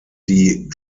die